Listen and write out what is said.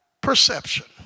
perception